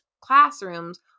classrooms